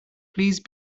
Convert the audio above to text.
please